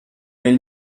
nel